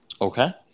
Okay